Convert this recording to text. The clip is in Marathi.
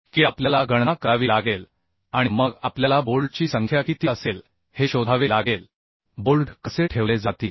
की आपल्याला गणना करावी लागेल आणि मग आपल्याला बोल्टची संख्या किती असेल हे शोधावे लागेल बोल्ट कसे ठेवले जातील